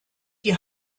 die